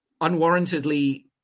unwarrantedly